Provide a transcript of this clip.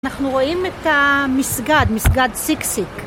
אנחנו רואים את המסגד, מסגד סיקסיק.